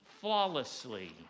flawlessly